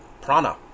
Prana